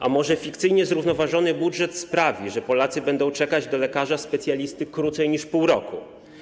A może fikcyjnie zrównoważony budżet sprawi, że Polacy będą czekać do lekarza specjalisty krócej niż pół roku?